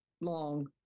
long